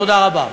תודה רבה.